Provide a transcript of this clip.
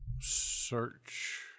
search